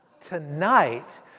Tonight